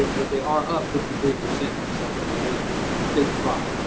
but they are up fifty three percent from seventeen eighteen, a big crop.